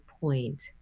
point